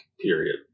period